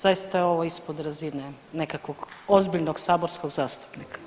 Zaista je ovo ispod razine nekakvog ozbiljnog saborskog zastupnika.